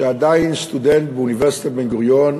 שעדיין סטודנט באוניברסיטת בן-גוריון,